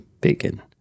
Bacon